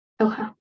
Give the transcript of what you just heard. Okay